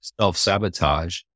self-sabotage